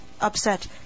upset